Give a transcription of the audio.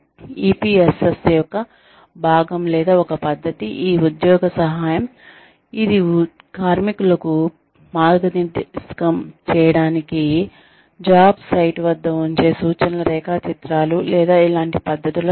EPSS యొక్క భాగం లేదా ఒక పద్ధతి ఈ ఉద్యోగ సహాయం ఇది కార్మికులకు మార్గనిర్దేశం చేయడానికి జాబ్ సైట్ వద్ద ఉంచే సూచనల రేఖాచిత్రాలు లేదా ఇలాంటి పద్ధతుల సమితి